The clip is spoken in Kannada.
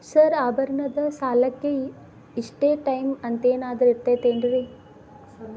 ಸರ್ ಆಭರಣದ ಸಾಲಕ್ಕೆ ಇಷ್ಟೇ ಟೈಮ್ ಅಂತೆನಾದ್ರಿ ಐತೇನ್ರೇ?